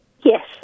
Yes